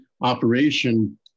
operation